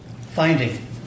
Finding